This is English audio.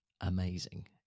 amazing